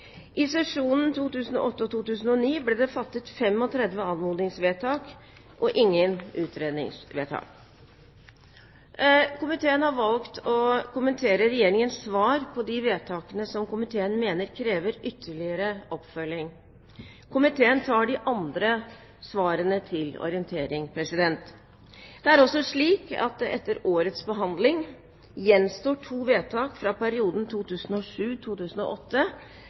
I sesjonen 2008–2009 ble det fattet 35 anmodningsvedtak og ingen utredningsvedtak. Komiteen har valgt å kommentere Regjeringens svar på de vedtakene som komiteen mener krever ytterligere oppfølging. Komiteen tar de andre svarene til orientering. Det er også slik at det etter årets behandling gjenstår to vedtak fra perioden